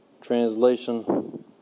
translation